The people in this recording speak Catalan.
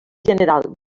general